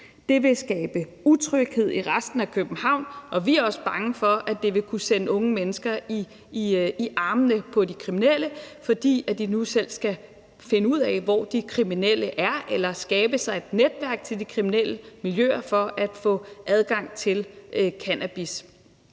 Det vil skabe utryghed i resten af København, og vi er også bange for, at det vil kunne sende unge mennesker i armene på de kriminelle, fordi de nu selv skal finde ud af, hvor de kriminelle er, eller skabe sig et netværk til de kriminelle miljøer for at få adgang til cannabis.